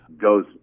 goes